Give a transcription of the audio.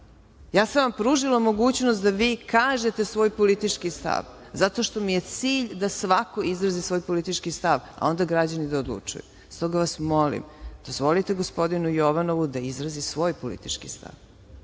sam vam pružila mogućnost da vi kažete svoj politički stav, zato što mi je cilj da svako izrazi svoj politički stav, a onda građani da odlučuju. Stoga vas molim, dozvolite gospodinu Jovanovu da izrazi svoj politički